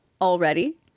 already